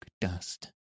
dust